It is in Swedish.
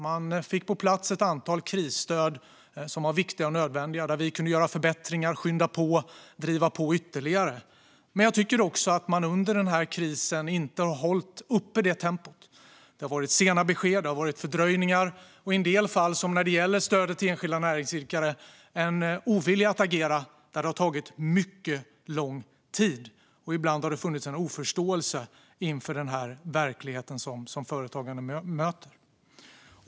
Man fick på plats ett antal krisstöd som var viktiga och nödvändiga där vi kunde göra förbättringar, skynda på och driva på ytterligare. Men regeringen har inte hållit uppe detta tempo under krisen. Det har varit sena besked och fördröjningar, och i en del fall, som när det gäller stödet till enskilda näringsidkare, en ovilja att agera där det har tagit mycket långt tid. Ibland har det funnits en oförståelse inför den verklighet företagarna möter.